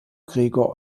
gregor